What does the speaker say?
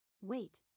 Wait